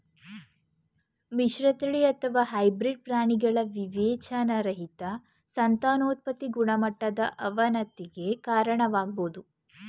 ಮಿಶ್ರತಳಿ ಅಥವಾ ಹೈಬ್ರಿಡ್ ಪ್ರಾಣಿಗಳ ವಿವೇಚನಾರಹಿತ ಸಂತಾನೋತ್ಪತಿ ಗುಣಮಟ್ಟದ ಅವನತಿಗೆ ಕಾರಣವಾಗ್ಬೋದು